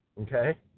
okay